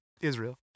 Israel